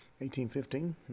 1815